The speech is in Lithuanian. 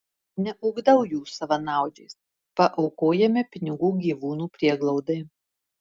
neugdau jų savanaudžiais paaukojame pinigų gyvūnų prieglaudai